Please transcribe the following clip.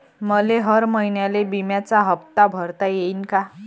मले हर महिन्याले बिम्याचा हप्ता भरता येईन का?